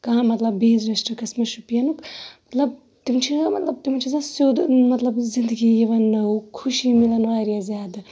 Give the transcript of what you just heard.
کانٛہہ مَطلَب بیٚیِس ڈِسٹرکَس مَنٛز شُپیَنُک مَطلَب تِم چھِنہٕ مَطلَب تِم چھِ آسان سیٚود مَطلَب زِندگی یِوان نوٚو خوشی مِلان واریاہ زیادٕ